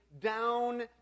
down